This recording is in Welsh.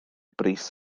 brys